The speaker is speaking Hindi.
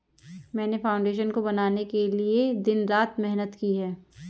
मैंने फाउंडेशन को बनाने के लिए दिन रात मेहनत की है